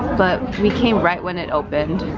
but we came right when it opened.